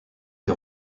les